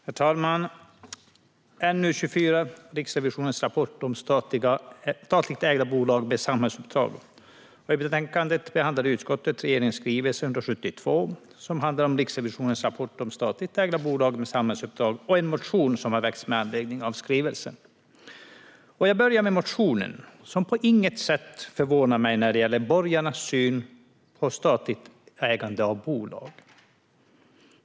Herr talman! Vi debatterar NU24 Riksrevisionens rapport om statligt ägda bolag med samhällsuppdrag . I betänkandet behandlar utskottet regeringens skrivelse 172, som handlar om Riksrevisionens rapport om statligt ägda bolag med samhällsuppdrag, och en motion som har väckts med anledning av skrivelsen. Jag börjar med motionen, som på inget sätt förvånar mig när det gäller borgarnas syn på statligt ägande av bolag.